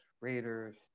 Raiders